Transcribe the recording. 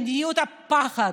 מדיניות הפחד,